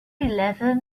eleven